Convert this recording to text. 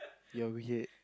you're weird